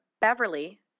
Beverly